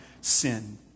sin